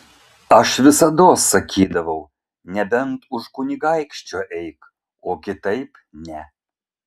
aš visados sakydavau nebent už kunigaikščio eik o kitaip ne